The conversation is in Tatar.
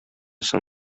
соң